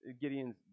Gideon's